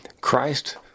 Christ